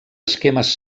esquemes